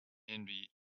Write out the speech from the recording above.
envy